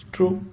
True